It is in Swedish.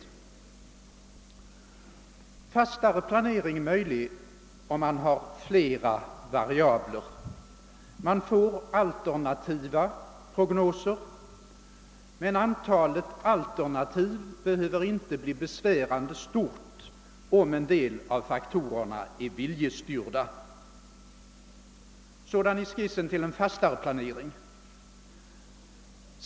En fastare planering är möjlig, om man har flera variabler. Man får då alternativa prognoser, men antalet alternativ behöver inte bli besvärande stort om en del av faktorerna är viljestyrda. Sådan är skissen till en fastare planering.